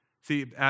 See